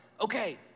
okay